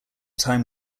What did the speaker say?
time